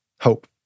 hope